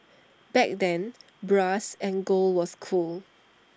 back then brass and gold was cool